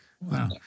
Wow